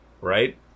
right